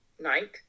night